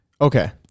Okay